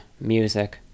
music